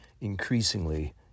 increasingly